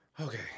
Okay